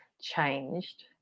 changed